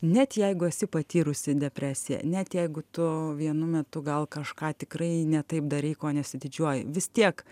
net jeigu esi patyrusi depresiją net jeigu tu vienu metu gal kažką tikrai ne taip darei ko nesididžiuoji vis tiek